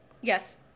Yes